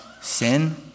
sin